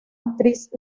actriz